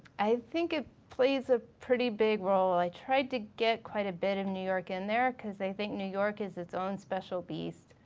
i think it plays a pretty big role. i tried to get quite a bit of new york in there cause i think new york is its own special beast.